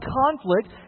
conflict